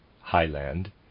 Highland